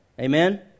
Amen